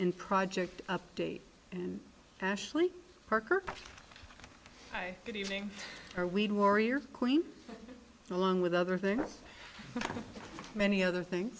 in project update and ashley parker good evening or we'd warrior queen along with other things many other things